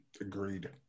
Agreed